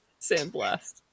sandblast